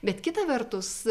bet kita vertus